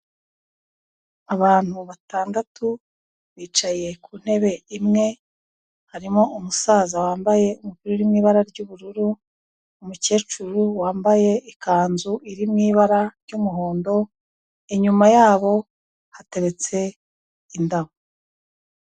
Abantu batandatu bicaye ku ntebe imwe, harimo umusaza wambaye ibiri mu ibara ry'ubururu, umukecuru wambaye ikanzu iri mu ibara ry'umuhondo, inyuma yabo hateretse indabo.